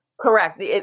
Correct